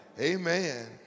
Amen